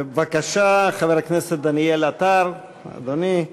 בבקשה, חבר הכנסת דניאל עטר, אדוני.